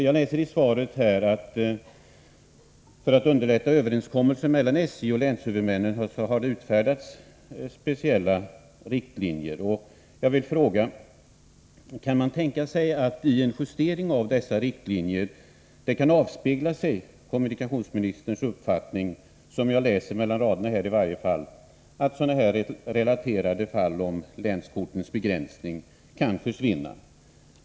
Jag läser i svaret: ”För att underlätta överenskommelser mellan SJ och länshuvudmännen har utfärdats särskilda riktlinjer.” — Jag vill då fråga: Kan man tänka sig att vid en justering av dessa riktlinjer kommunikationsministerns uppfattning kan avspegla sig — som jag läser mellan raderna här i varje fall — att sådana här relaterade fall om länskortens begränsning kan försvinna?